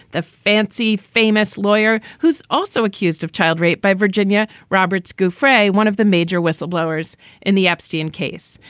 the fancy famous lawyer who's also accused of child rape by virginia roberts gou frey, one of the major whistleblowers in the epstein case.